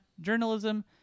journalism